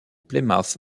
plymouth